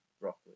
roughly